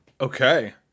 Okay